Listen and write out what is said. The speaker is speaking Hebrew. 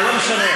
אבל לא משנה.